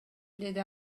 деди